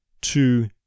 two